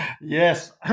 Yes